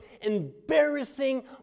embarrassing